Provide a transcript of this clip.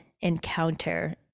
encounter